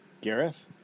Gareth